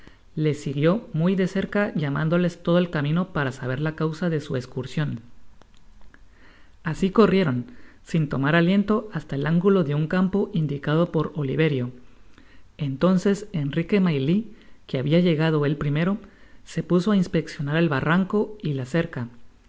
les siguió muy de cerca llamándoles todo el camino para saber la causa de su escursion asi corrieron sin tomar aliento hasta el angulo de un campo indicado por oliverio entonces enrique maylie que habia llegado el primero se puso á inspeccionar el barranco y la cerca en